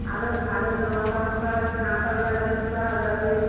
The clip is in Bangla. আরও ভালো জামাকাপড় পাবে কাতান বেনারসি পাওয়া যাবে